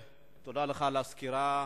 תודה לך על הסקירה,